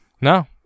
No